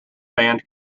banned